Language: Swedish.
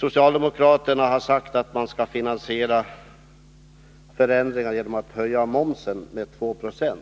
Socialdemokraterna har sagt att man skall finansiera förändringarna genom att höja momsen med 2 96.